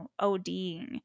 ODing